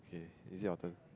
okay is it your turn